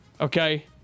Okay